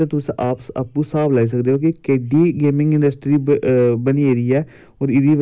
सारा किश करा दी ऐ ते में इ'यै चाह्न्नां कि एह् चलदा रवै अग्गै बी होर जादा फंड आंदे रौह्न